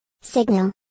Signal